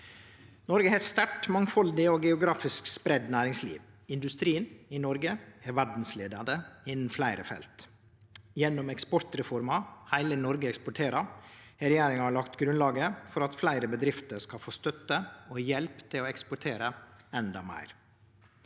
Noreg har eit sterkt, mangfaldig og geografisk spreidd næringsliv. Industrien i Noreg er verdsleiande innan fleire felt. Gjennom eksportreforma «Hele Norge eksporterer» har regjeringa lagt grunnlaget for at fleire bedrifter skal få støtte og hjelp til å eksportere endå meir.